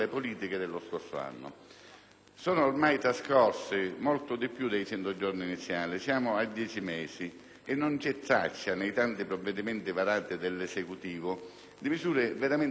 Sono ormai trascorsi molti di più dei 100 giorni iniziali; siamo a dieci mesi e non c'è traccia, nei tanti provvedimenti varati dall'Esecutivo, di misure veramente significative in favore del Sud.